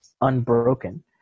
unbroken